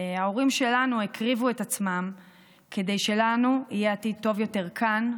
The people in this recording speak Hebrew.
ההורים שלנו הקריבו את עצמם כדי שלנו יהיה עתיד טוב יותר כאן,